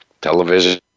television